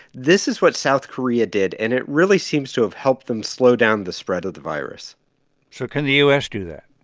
this is what south korea did. and it really seems to have helped them slow down the spread of the virus so can the u s. do that?